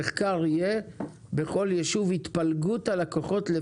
אחמד מחאג'נה, התאחדות יועצי המשכנתאות,